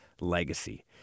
legacy